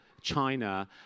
China